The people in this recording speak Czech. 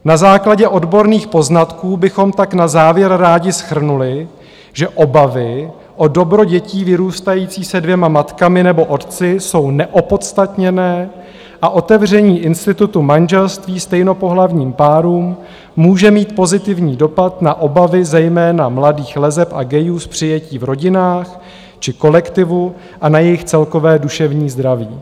Na základě odborných poznatků bychom tak na závěr rádi shrnuli, že obavy o dobro dětí vyrůstajících se dvěma matkami nebo otci jsou neopodstatněné a otevření institutu manželství stejnopohlavním párům může mít pozitivní dopad na obavy zejména mladých leseb a gayů z přijetí v rodinách či kolektivu a na jejich celkové duševní zdraví.